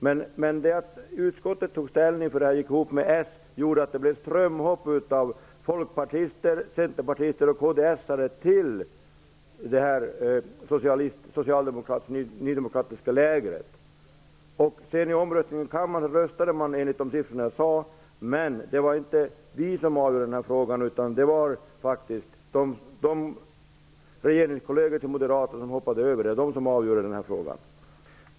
Men att utskottets ställningstagande stämde överens med Socialdemokraternas gjorde att det blev ett strömhopp av folkpartister, centerpartister och kds:are till det socialdemokratiska-ny demokratiska lägret. Vid omröstningen i kammaren röstade man enligt de siffror jag nämnde. Men det var inte vi som avgjorde frågan. Det var faktiskt regeringskolleger till Moderaterna som hoppade över. Det var de som avgjorde frågan.